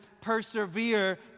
persevere